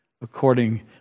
according